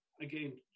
again